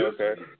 okay